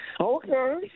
Okay